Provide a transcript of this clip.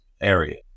area